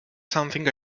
something